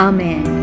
Amen